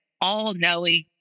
all-knowing